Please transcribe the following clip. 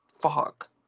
Fuck